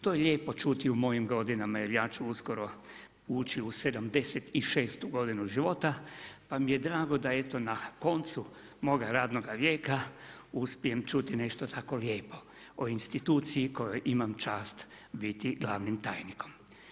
To je lijepo čuti u mojim godinama, jer ja ću uskoro ući u 76 godinu života, pa mi je drago da eto na koncu moga radnoga vijeka uspijem čuti nešto tako lijepo o instituciji kojoj imam čast biti glavnim tajnikom.